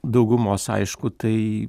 daugumos aišku tai